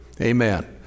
Amen